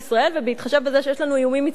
בהתחשב בזה שיש לנו איומים מצפון,